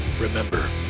Remember